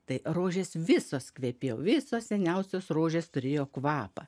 tai rožės visos kvepėjo visos seniausios rožės turėjo kvapą